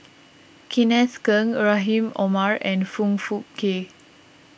Kenneth Keng Rahim Omar and Foong Fook Kay